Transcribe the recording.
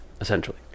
Essentially